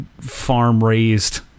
farm-raised